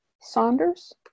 Saunders